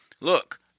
look